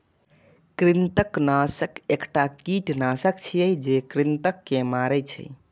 कृंतकनाशक एकटा कीटनाशक छियै, जे कृंतक के मारै छै